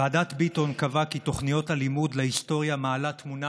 ועדת ביטון קבעה כי תוכניות הלימוד להיסטוריה מעלה תמונה